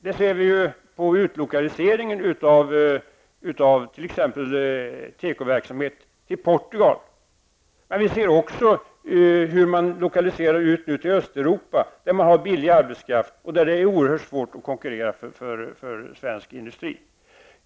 Det ser vi ju t.ex. på utlokaliseringen av tekoverksamhet till Portugal. Vi ser också hur man nu utlokaliserar till Östeuropa där man har billig arbetskraft. Där är det oerhört svårt för svensk industri att konkurrera.